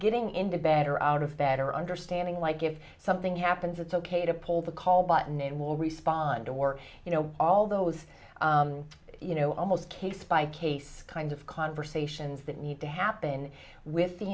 getting into better out of better understanding like if something happens it's ok to pull the call button it will respond or you know all those you know almost case by case kind of conversations that need to happen with the